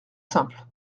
simple